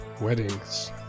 Weddings